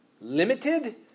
limited